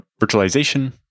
virtualization